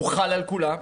הוא חל על כולם,